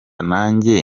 nanjye